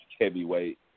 heavyweight